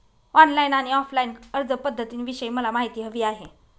online आणि offline अर्जपध्दतींविषयी मला माहिती हवी आहे